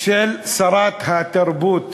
של שרת התרבות